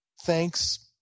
Thanks